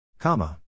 Comma